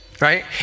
Right